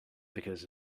because